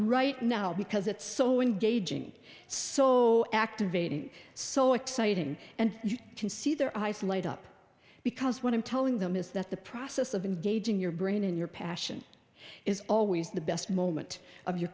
right now because it's so in gauging so activating so exciting and you can see their eyes light up because what i'm telling them is that the process of engaging your brain and your passion is always the best moment of your